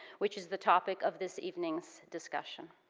which is the topic of this evening's discussion.